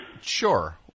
sure